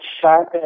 sharp